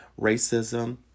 racism